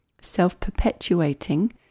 self-perpetuating